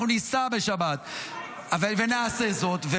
אנחנו ניסע בשבת ונעשה זאת,